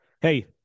hey